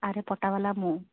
ଆରେ ପଟାବାଲା ମୁଁ